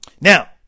Now